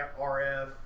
RF